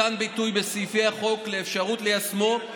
מתן ביטוי בסעיפי החוק לאפשרות ליישמו,